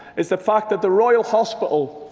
is the fact that the royal hospital,